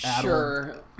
sure